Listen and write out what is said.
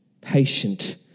patient